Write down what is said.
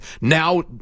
Now